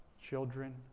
Children